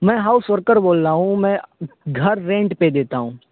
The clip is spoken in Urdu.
میں ہاؤس ورکر بول رہا ہوں میں گھر رینٹ پہ دیتا ہوں